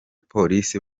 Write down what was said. polisi